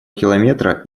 километра